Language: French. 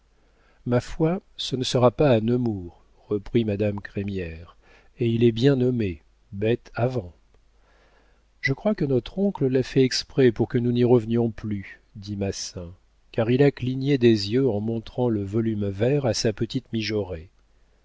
ma foi ce ne sera pas à nemours reprit madame crémière et il est bien nommé bête à vent je crois que notre oncle l'a fait exprès pour que nous n'y revenions plus dit massin car il a cligné des yeux en montrant le volume vert à sa petite mijaurée